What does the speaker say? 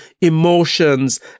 emotions